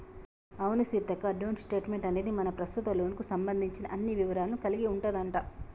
అవును సీతక్క డోంట్ స్టేట్మెంట్ అనేది మన ప్రస్తుత లోన్ కు సంబంధించిన అన్ని వివరాలను కలిగి ఉంటదంట